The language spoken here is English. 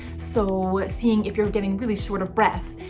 so seeing if you're getting really short of breath,